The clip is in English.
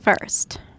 first